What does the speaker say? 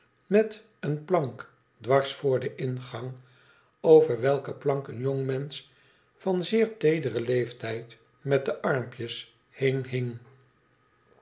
met eene plank dwars voor den ingang over welke plank een jongmensch van zeer teederen leeftijd met de armpjes heen hing